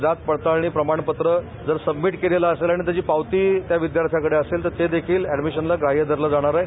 जात पडताळणी प्रमाणपत्र जर सबमिट केलेलं असेल आणि त्याची पावती त्या विद्यार्थ्याकडे असेल ते देखील एडमिशनला ग्राह्य धरलं जाणार आहे